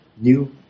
New